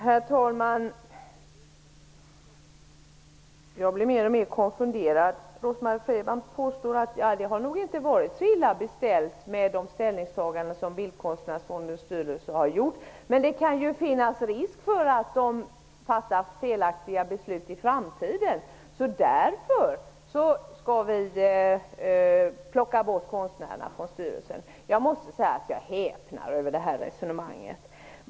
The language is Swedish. Herr talman! Jag blir mer och mer konfunderad. Rose-Marie Frebran påstår att det nog inte har varit så illa beställt med de ställningstaganden som Bildkonstnärsfondens styrelse har gjort men att det kan finnas risk för att de fattar felaktiga beslut i framtiden. Därför skall vi plocka bort konstnärerna från styrelsen. Jag häpnar över det resonemanget.